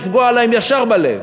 לפגוע להם ישר בלב,